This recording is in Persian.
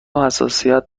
حساسیت